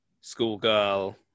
schoolgirl